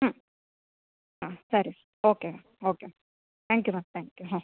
ಹ್ಞೂ ಹಾಂ ಸರಿ okay okay thank you ma'am thank you ಹಾಂ